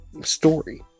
story